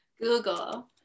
Google